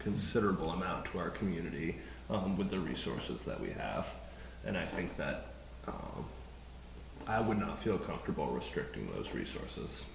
considerable amount to our community with the resources that we have and i think that no i would not feel comfortable restricting those resources